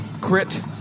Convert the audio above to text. crit